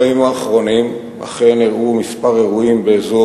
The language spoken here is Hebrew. בימים האחרונים אכן אירעו כמה אירועים באזור